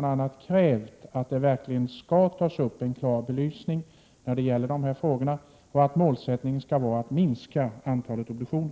bl.a. krävt att det verkligen skall göras en klar belysning när det gäller dessa frågor och att målsättningen skall vara att minska antalet obduktioner.